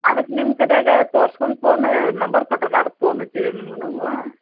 ಅದಕ್ಕೆ ನಿಮ್ಮ ಕಡೆಯಾಗ ತೋರ್ಸ್ಕಂಡು ಫೋನ್ ನಂಬರ್ ಕೊಟ್ಟರಲ್ಲ ಅದಕ್ಕೆ ಫೋನ್ ಹಚ್ಚಿದ್ವಿ ನಿಮ್ಗೆ ನಾವು